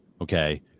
Okay